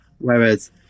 Whereas